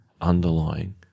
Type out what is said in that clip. Underlying